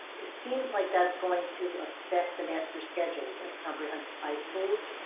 it seems like that's going to affect the master schedules at the comprehensive high schools.